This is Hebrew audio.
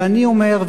ואני אומר,